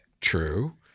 true